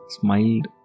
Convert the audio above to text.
smiled